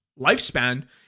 lifespan